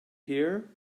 here